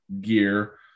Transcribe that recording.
gear